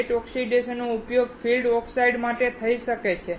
wet ઓક્સિડેશનનો ઉપયોગ field oxide માટે થઈ શકે છે